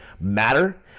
matter